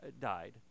died